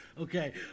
Okay